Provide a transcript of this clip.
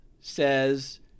says